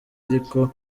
ariko